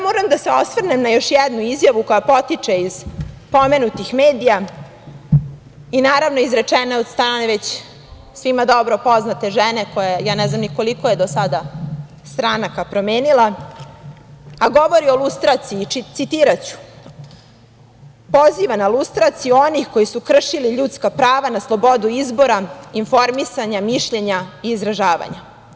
Moram da se osvrnem na još jednu izjavu koja potiče iz pomenutih medija i naravno, izrečene od strane, već svim dobro poznate žene koja, ja ne znam ni koliko do sada stranaka promenila, a govori o lustraciji, citiraću – poziva na lustraciju onih koji su kršili ljudska prava na slobodu izbora, informisanja, mišljenja i izražavanja.